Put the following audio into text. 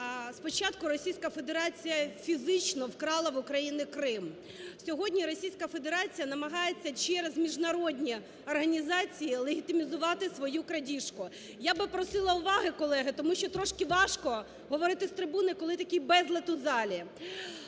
Спочатку Російська Федерація фізично вкрала в України Крим. Сьогодні Російська Федерація намагається через міжнародні організації легітимізувати свою крадіжку. Я би просила уваги, колеги, тому трошки важко говорити з трибуни, коли такий безлад у залі.